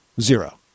Zero